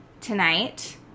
tonight